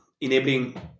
enabling